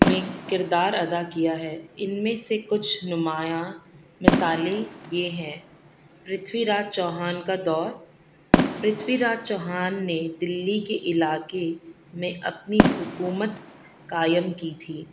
میں کردار ادا کیا ہے ان میں سے کچھ نمایاں مثالیں یہ ہیں پرتھوی راج چوہان کا دور پرتھوی راج چوہان نے دلی کے علاقے میں اپنی حکومت قائم کی تھی